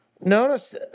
notice